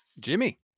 Jimmy